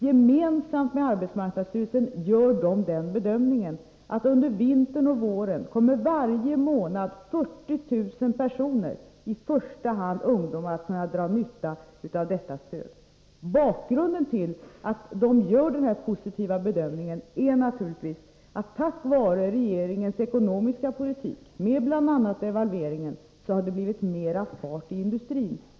Gemensamt med arbetsmarknadsstyrelsen gör de bedömningen att 40 000 personer, i första hand ungdomar, kommer att kunna dra nytta av detta stöd varje månad under vintern och våren. Bakgrunden till denna positiva bedömning är naturligtvis att det tack vare regeringens ekonomiska politik, med bl.a. devalveringen, har blivit mera fart i industrin.